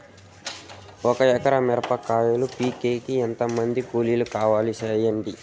ఒక ఎకరా మిరప కాయలు పీకేకి ఎంత మంది కూలీలు కావాలి? సెప్పండి?